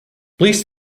please